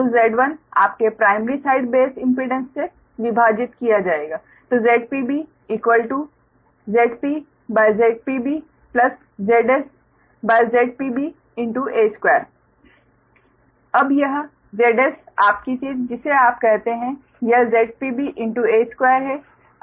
तो Z1 आपने primary side base impedance से विभाजित किया ZpB Zp ZpB Zs ZpBa2 अब यह Zs आपकी चीज़ जिसे आप कहते हैं यह ZpBa2 है